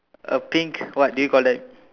a pink what do you call that